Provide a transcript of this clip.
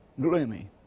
gloomy